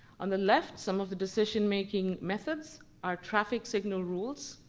on the left, some of the decision making methods are traffic signal rules.